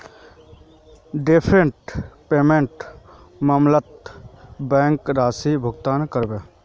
deferred पेमेंटेर मामलत bank राशि भुगतान करबे